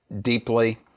deeply